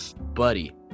buddy